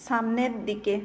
সামনের দিকে